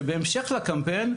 שבהמשך לקמפיין,